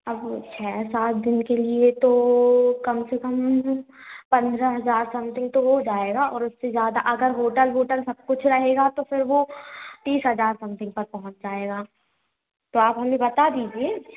अब छः सात दिन के लिए तो कम से कम पन्द्रह हजार समथिंग तो हो जाएगा और उससे ज़्यादा अगर होटल वोटल सब कुछ रहेगा तो फिर वो तीस हजार समथिंग तक पहुँच जाएगा तो आप हमें बता दीजिए